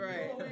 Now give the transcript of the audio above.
Right